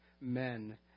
men